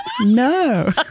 No